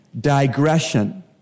digression